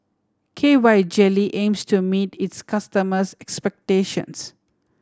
K Y Jelly aims to meet its customers' expectations